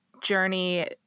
journey